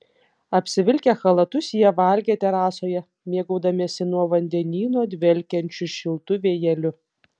apsivilkę chalatus jie valgė terasoje mėgaudamiesi nuo vandenyno dvelkiančiu šiltu vėjeliu